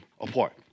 apart